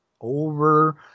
over